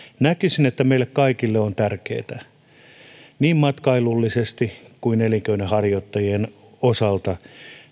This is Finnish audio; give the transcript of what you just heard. näkisin että meille kaikille on tärkeätä niin matkailullisesti kuin elinkeinonharjoittajien osalta